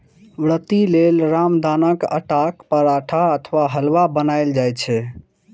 व्रती लेल रामदानाक आटाक पराठा अथवा हलुआ बनाएल जाइ छै